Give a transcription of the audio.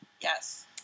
Yes